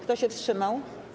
Kto się wstrzymał?